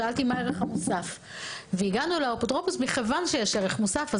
שאלתי מה הערך המוסף והגענו לאפוטרופוס מכיוון שיש ערך מוסף.